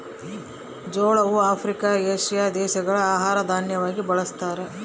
ಜೋಳವು Africa, Asia ದೇಶಗಳ ಆಹಾರ ದಾನ್ಯವಾಗಿ ಬಳಸ್ತಾರ